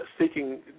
seeking